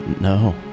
No